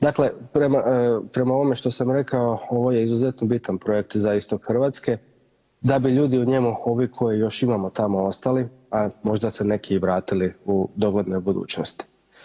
Dakle, prema ovome što sam rekao ovo je izuzetno bitan projekt za istok Hrvatske da bi ljudi u njemu ovi koje još imamo tamo ostali, a možda se neki i vratili u doglednoj budućnosti.